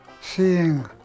seeing